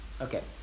Okay